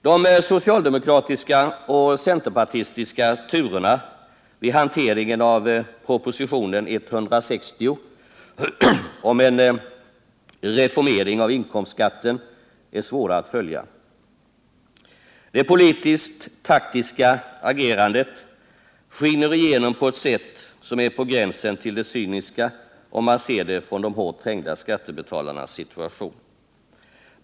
De socialdemokratiska och centerpartistiska turerna vid hanteringen av propositionen 160 om en reformering av inkomstskatten är svåra att följa. Det politiskt-taktiska agerandet skiner igenom på ett sätt som är på gränsen till det cyniska, om man ser det från de hårt trängda skattebetalarnas situation.